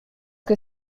que